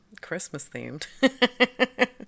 Christmas-themed